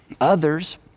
others